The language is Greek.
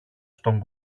στον